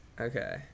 Okay